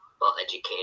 well-educated